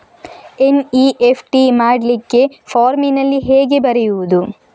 NEFT ಮಾಡ್ಲಿಕ್ಕೆ ಫಾರ್ಮಿನಲ್ಲಿ ಹೇಗೆ ಬರೆಯುವುದು?